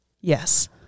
Yes